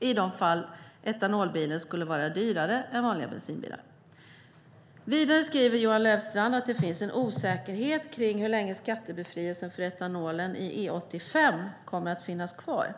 i de fall etanolbilen skulle vara dyrare än vanliga bensinbilar. Vidare skriver Johan Löfstrand att det finns en osäkerhet om hur länge skattebefrielsen för etanolen i E85 kommer att finnas kvar.